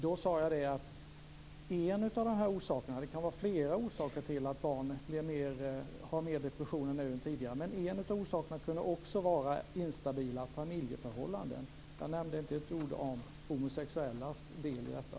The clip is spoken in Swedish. Då sade jag att en av orsakerna - det kan finnas flera orsaker till att barn har mer depressioner nu än tidigare - kan vara instabila familjeförhållanden. Jag nämnde inte ett ord om homosexuellas del i detta.